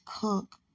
cook